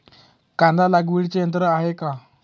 कांदा लागवडीचे यंत्र आहे का?